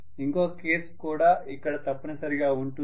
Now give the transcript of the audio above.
ఇంకొక కేస్ కూడా ఇక్కడ తప్పనిసరిగా ఉంటుంది